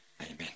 Amen